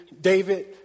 David